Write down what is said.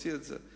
להוציא את זה.